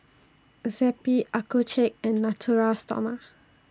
Zappy Accucheck and Natura Stoma